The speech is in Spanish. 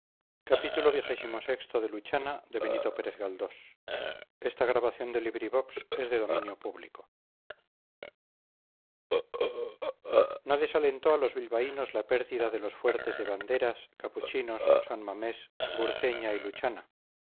no desalentó a los bilbaínos la pérdida de los fuertes de banderas capuchinos san mamés burceña y luchana